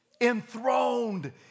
enthroned